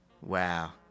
Wow